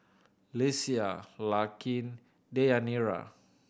Lesia Larkin Deyanira